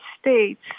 states